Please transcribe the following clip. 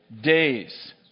days